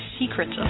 secrets